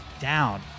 down